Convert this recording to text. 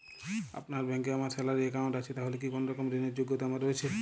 আপনার ব্যাংকে আমার স্যালারি অ্যাকাউন্ট আছে তাহলে কি কোনরকম ঋণ র যোগ্যতা আমার রয়েছে?